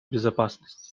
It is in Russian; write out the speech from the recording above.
безопасности